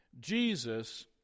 Jesus